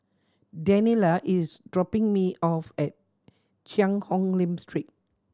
Daniella is dropping me off at Cheang Hong Lim Street